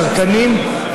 הצרכנים,